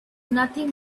nothing